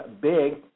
Big